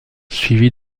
suivi